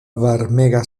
varmega